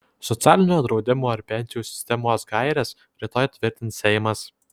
socialinio draudimo ir pensijų sistemos gaires rytoj tvirtins seimas